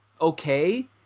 okay